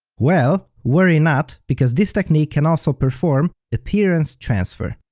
well, worry not, because this technique can also perform appearance transfer.